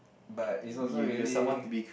but it's also really